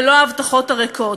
ולא ההבטחות הריקות.